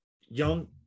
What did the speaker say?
young